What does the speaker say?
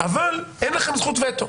אבל אין לכם זכות וטו.